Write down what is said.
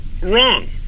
wrong